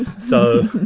so,